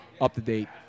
up-to-date